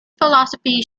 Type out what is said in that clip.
philosophy